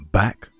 back